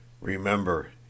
remember